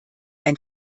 ein